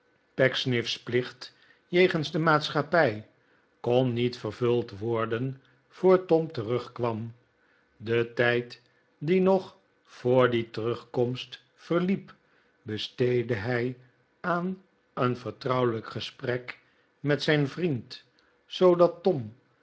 pecksniff's plicht jegens de maatschappij kon niet vervuld worden voor tom terugkwam den tijd die nog voor die terugkomst verliep besteedde hij aan een vertrouwelijk gesprek met zijn vriend zoodat tom